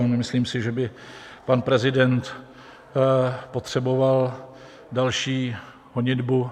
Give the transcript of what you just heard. Nemyslím si, že by pan prezident potřeboval další honitbu.